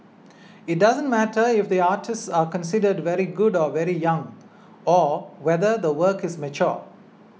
it doesn't matter if the artists are considered very good or very young or whether the work is mature